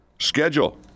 schedule